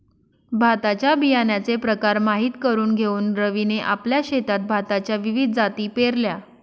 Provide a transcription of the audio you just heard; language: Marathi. भाताच्या बियाण्याचे प्रकार माहित करून घेऊन रवीने आपल्या शेतात भाताच्या विविध जाती पेरल्या